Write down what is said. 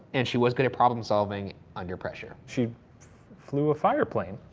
and she was good at problem-solving under pressure. she flew a fire plane.